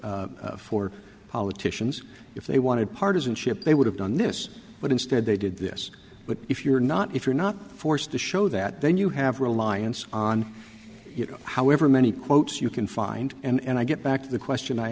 for politicians if they wanted partisanship they would have done this but instead they did this but if you're not if you're not forced to show that then you have reliance on you know however many quotes you can find and i get back to the question i